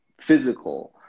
physical